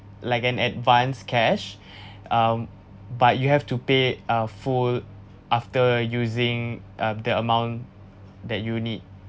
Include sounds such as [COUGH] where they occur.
like an advanced cash [BREATH] um but you have to pay uh full after using um the amount that you need